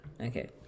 okay